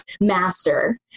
master